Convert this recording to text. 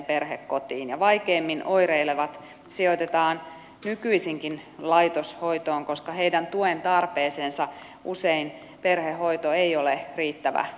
vaikeimmin oireilevat sijoitetaan nykyisinkin laitoshoitoon koska heidän tuen tarpeeseensa perhehoito ei usein ole riittävä vastaus